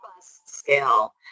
scale